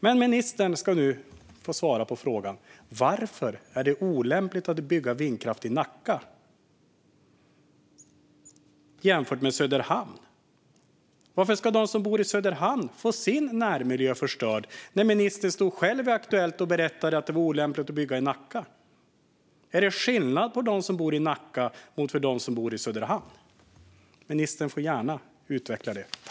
Men ministern ska nu få svara på frågan: Varför är det olämpligt att bygga vindkraft i Nacka, jämfört med i Söderhamn? Varför ska de som bor i Söderhamn få sin närmiljö förstörd, när ministern själv stod i Aktuellt och berättade att det var olämpligt att bygga i Nacka? Är det skillnad på dem som bor i Nacka och dem som bor i Söderhamn? Ministern får gärna utveckla detta.